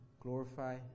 Glorify